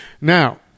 Now